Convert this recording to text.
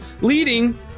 leading